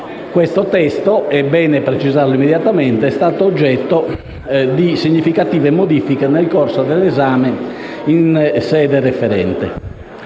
Tale testo - è bene precisarlo immediatamente - è stato oggetto di significative modifiche nel corso dell'esame in sede referente.